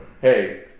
hey